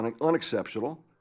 unexceptional